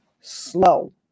Slow